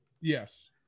Yes